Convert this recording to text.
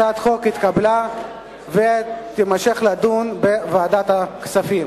הצעת החוק התקבלה ותמשיך לדיון בוועדת הכספים.